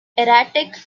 erratic